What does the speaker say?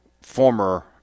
former